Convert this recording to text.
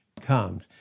comes